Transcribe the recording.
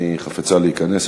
אם היא חפצה להיכנס,